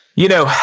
you know,